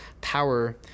power